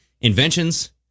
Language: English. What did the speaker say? inventions